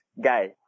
guy